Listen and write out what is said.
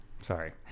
Sorry